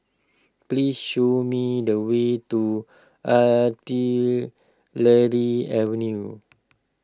please show me the way to Artillery Avenue